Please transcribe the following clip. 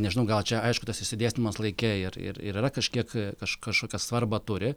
nežinau gal čia aišku tas išsidėstymas laike ir ir yra kažkiek kažkokią svarbą turi